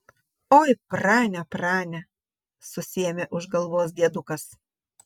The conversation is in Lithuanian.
oi prane prane susiėmė už galvos diedukas